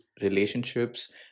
relationships